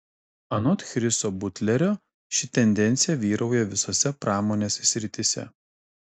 anot chriso butlerio ši tendencija vyrauja visose pramonės srityse